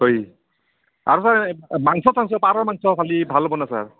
হয় আৰু ছাৰ এই মাংস তাংছ পাৰৰ মাংসখালে ভাল হ'ব নে ছাৰ